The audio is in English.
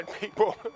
people